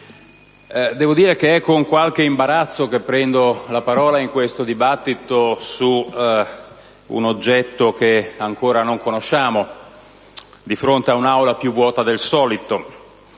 senatori, è con qualche imbarazzo che prendo la parola in questo dibattito su un oggetto che ancora non conosciamo, di fronte a un'Aula più vuota del solito.